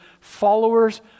followers